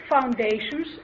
foundations